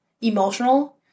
emotional